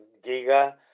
Giga